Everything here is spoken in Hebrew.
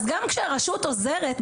אז גם כשהרשות עוזרת,